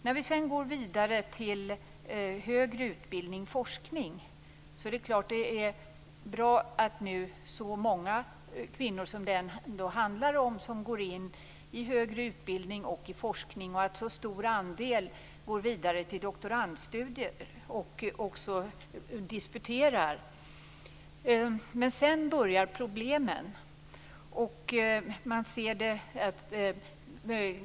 När vi sedan går vidare till högre utbildning och forskning är det bra att nu så många kvinnor som det ändå handlar om går in i högre utbildning och i forskning och att så stor andel går vidare till doktorandstudier och också disputerar. Men sedan börjar problemen.